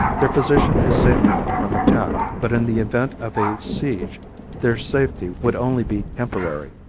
their position is safe enough from attack but in the event of a siege their safety would only be temporary.